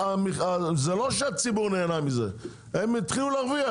זה לא שהציבור נהנה מזה אלא הם התחילו להרוויח